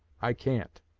i can't.